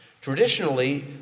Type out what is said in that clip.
Traditionally